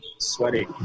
sweaty